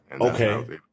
Okay